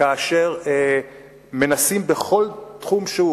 כאשר מנסים בכל תחום שהוא,